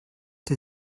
der